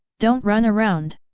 don't run around!